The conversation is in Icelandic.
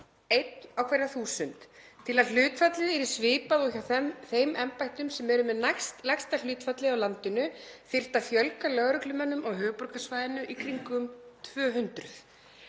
einn á hverja 1.000. Til að hlutfallið verði svipað og hjá þeim embættum sem eru með næstlægsta hlutfallið á landinu þyrfti að fjölga lögreglumönnum á höfuðborgarsvæðinu um í kringum 200.